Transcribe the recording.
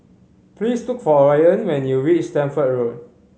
please look for Orion when you reach Stamford Road